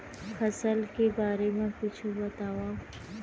फसल के बारे मा कुछु बतावव